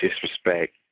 disrespect